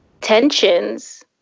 tensions